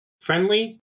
friendly